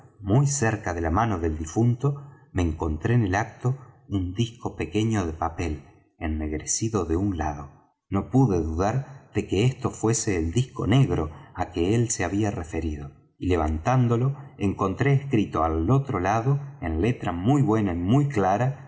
muy cerca de la mano del difunto me encontré en el acto un disco pequeño de papel ennegrecido de un lado no pude dudar de que esto fuese el disco negro á que él se había referido y levantándolo encontré escrito al otro lado en letra muy buena y muy clara